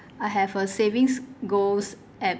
have a savings goals app